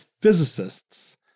physicists